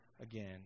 again